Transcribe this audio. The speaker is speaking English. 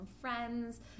friends